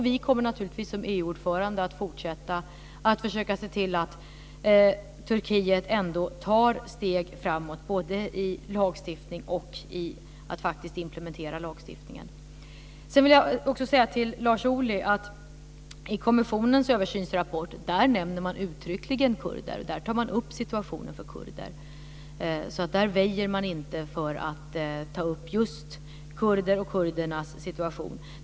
Vi kommer naturligtvis som EU ordförande att fortsätta att försöka se till att Turkiet tar steg framåt när det gäller både lagstiftning och att faktiskt implementera lagstiftningen. Till Lars Ohly vill jag säga att i kommissionens översynsrapport nämner man uttryckligen kurder. Där tar man upp situationen för kurder. Man väjer inte för att ta upp just kurder och kurdernas situation.